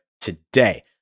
today